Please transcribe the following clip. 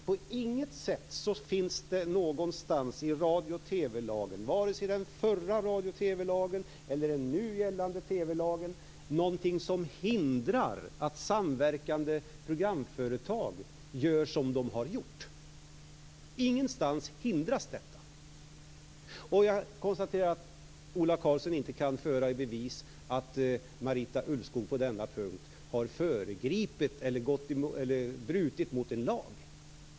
På inget sätt finns det någonstans i radio och TV lagen, vare sig i den förra eller nu gällande TV-lagen, någonting som hindrar att samverkande programföretag gör som de har gjort. Ingenstans hindras detta. Jag konstaterar att Ola Karlsson inte kan föra i bevis att Marita Ulvskog på denna punkt har föregripit eller brutit mot en lag.